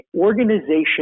organization